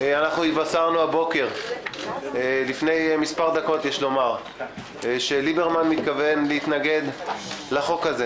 התבשרנו לפני מספר דקות שליברמן מתכוון להתנגד לחוק.